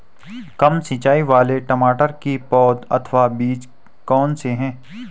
कम सिंचाई वाले टमाटर की पौध अथवा बीज कौन से हैं?